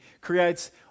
creates